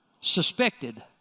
suspected